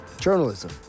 Journalism